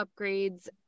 upgrades